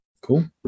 Cool